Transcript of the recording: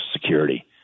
security